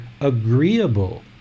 agreeable